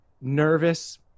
nervous